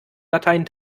latein